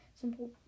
simple